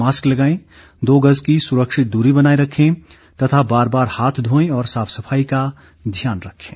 mask लगायें दो गज की सुरक्षित दूरी बनाये रखें तथा बार बार हाथ धोने और साफ सफाई का ध्यान रखें